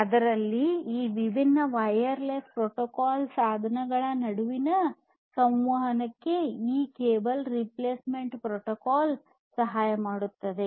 ಆದ್ದರಿಂದ ಈ ವಿಭಿನ್ನ ವೈರ್ಲೆಸ್ ಪೋರ್ಟಬಲ್ ಸಾಧನಗಳ ನಡುವಿನ ಸಂವಹನಕ್ಕೆ ಈ ಕೇಬಲ್ ರಿಪ್ಲೇಸ್ಮೆಂಟ್ ಪ್ರೋಟೋಕಾಲ್ ಸಹಾಯ ಮಾಡುತ್ತದೆ